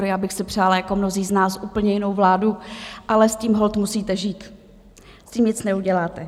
Já bych si přála jako mnozí z nás úplně jinou vládu, ale s tím holt musíte žít, s tím nic neuděláte.